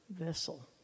vessel